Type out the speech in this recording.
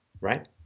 right